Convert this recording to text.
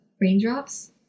raindrops